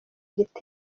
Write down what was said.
gitero